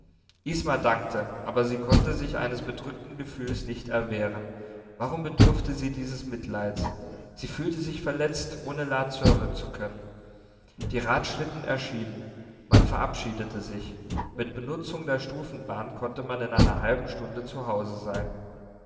isma dankte aber sie konnte sich eines bedrückenden gefühls nicht erwehren warum bedurfte sie dieses mitleids sie fühlte sich verletzt ohne la zürnen zu können die radschlitten erschienen man verabschiedete sich mit benutzung der stufenbahn konnte man in einer halben stunde zu hause sein